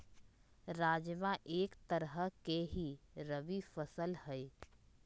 राजमा एक तरह के ही रबी फसल हई